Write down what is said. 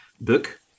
book